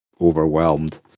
overwhelmed